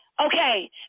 Okay